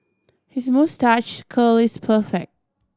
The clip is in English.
his moustache curl is perfect